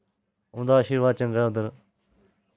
उंदा आशीर्बाद चंगा उद्धर